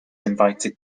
invited